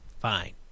Fine